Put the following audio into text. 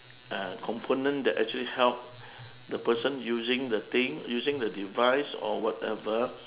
a component that actually help the person using the thing using the device or whatever